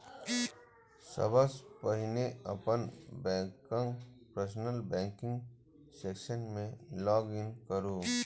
सबसं पहिने अपन बैंकक पर्सनल बैंकिंग सेक्शन मे लॉग इन करू